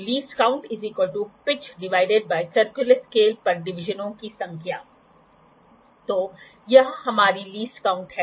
least count तो यह हमारी लीस्ट काउंट है